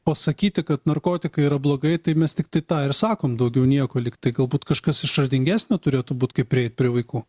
pasakyti kad narkotikai yra blogai tai mes tiktai tą ir sakom daugiau nieko lyg tai galbūt kažkas išradingesnio turėtų būt kaip prieit prie vaikų